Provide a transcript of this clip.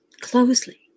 closely